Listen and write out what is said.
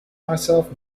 myself